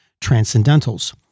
transcendentals